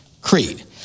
creed